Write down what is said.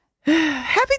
Happy